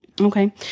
Okay